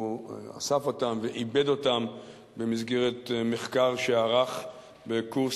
הוא אסף אותם ועיבד אותם במסגרת מחקר שערך בקורס